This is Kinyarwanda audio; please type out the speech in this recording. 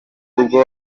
ubwo